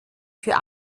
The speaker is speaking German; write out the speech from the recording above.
für